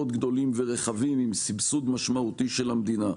גדולים ורחבים עם סבסוד משמעותי של המדינה.